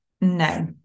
No